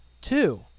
two